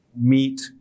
meet